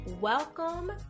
Welcome